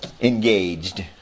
engaged